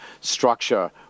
structure